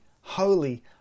holy